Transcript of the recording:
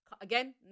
again